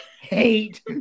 hate